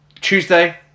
Tuesday